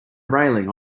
railing